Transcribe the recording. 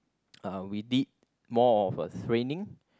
uh we did more of a training